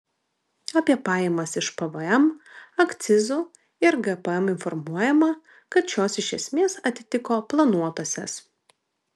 apie pajamas iš pvm akcizų ir gpm informuojama kad šios iš esmės atitiko planuotąsias